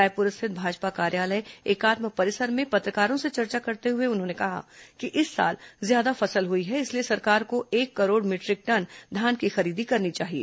रायपुर स्थित भाजपा कार्यालय एकात्म परिसर में पत्रकारों से चर्चा करते हुए उन्होंने कहा कि इस साल ज्यादा फसल हुई है इसलिए सरकार को एक करोड़ मीटरिक टन धान की खरीदी करनी चाहिए